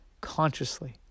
consciously